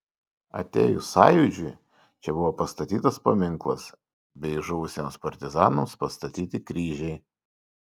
atėjus sąjūdžiui čia buvo pastatytas paminklas bei žuvusiems partizanams pastatyti kryžiai